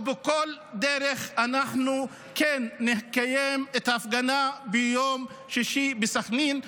ובכל דרך אנחנו כן נקיים את ההפגנה ביום שישי בסח'נין.